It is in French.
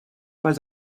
pas